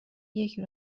یکی